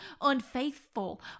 unfaithful